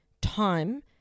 time